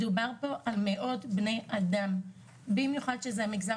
מדובר במאות בני אדם במיוחד כשזה המגזר